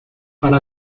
para